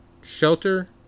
shelter